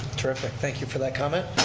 terrific, thank you for that comment